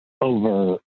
over